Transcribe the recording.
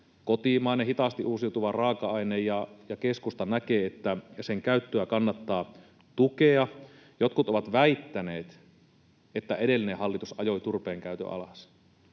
kotimainen, hitaasti uusiutuva raaka-aine, ja keskusta näkee, että sen käyttöä kannattaa tukea. Jotkut ovat väittäneet, että edellinen hallitus ajoi turpeenkäytön alas,